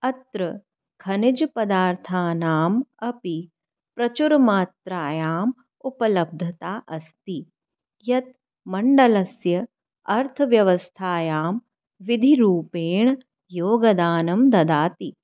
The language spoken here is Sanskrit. अत्र खनिजपदार्थानाम् अपि प्रचुरमात्रायाम् उपलब्धता अस्ति यत् मण्डलस्य अर्थव्यवस्थायां विधिरूपेण योगदानं ददाति